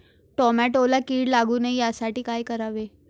टोमॅटोला कीड लागू नये यासाठी काय करावे?